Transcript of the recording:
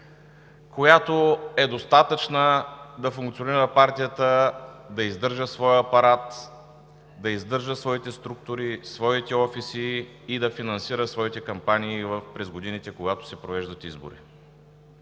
която е достатъчна да функционира партията, да издържа своя апарат, да издържа своите структури, своите офиси и да финансира своите кампании през годините, когато се провеждат избори.